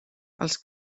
els